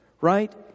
right